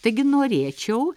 taigi norėčiau